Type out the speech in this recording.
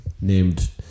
named